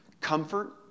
Comfort